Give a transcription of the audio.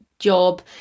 job